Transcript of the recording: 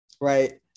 right